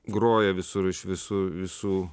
groja visur iš visų visų